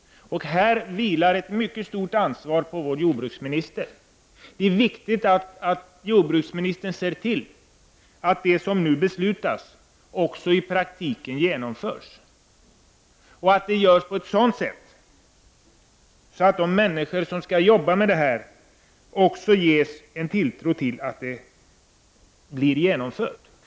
I detta avseende vilar ett mycket stort ansvar på vår jordbruksminister. Det är viktigt att jordbruksministern ser till att det som beslutas också i praktiken genomförs och att detta görs på ett sådant sätt att de människor som skall arbeta enligt beslutet också ges tilltro till det.